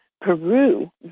Peru